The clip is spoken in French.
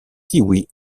kiwis